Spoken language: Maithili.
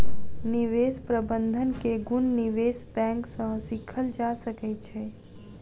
निवेश प्रबंधन के गुण निवेश बैंक सॅ सीखल जा सकै छै